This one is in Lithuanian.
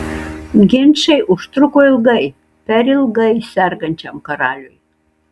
ginčai užtruko ilgai per ilgai sergančiam karaliui